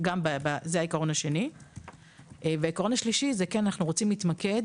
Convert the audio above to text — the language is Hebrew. העקרון השלישי הוא שאנחנו רוצים להתמקד